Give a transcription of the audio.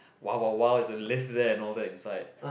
[wah] [wah] [wah] it's a lift there and all that inside